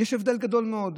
יש הבדל גדול מאוד.